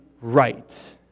right